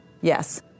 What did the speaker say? yes